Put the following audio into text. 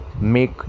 make